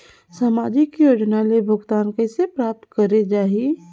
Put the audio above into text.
समाजिक योजना ले भुगतान कइसे प्राप्त करे जाहि?